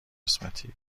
قسمتی